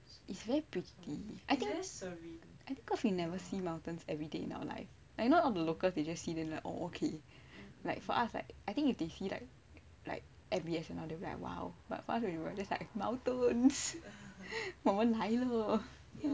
very pretty I think cause we never see mountains every day in our life like you know all the locals they just see then like oh okay like for us like I think if they see us like M_B_S and all they just like !wow! but for us right we will just be like mountains 我们来了